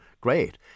great